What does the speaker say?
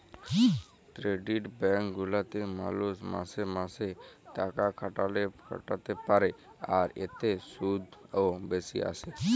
credit bank গুলাতে মালুষ মাসে মাসে তাকাখাটাতে পারে, আর এতে শুধ ও বেশি আসে